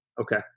Okay